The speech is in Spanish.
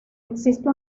existe